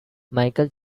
michael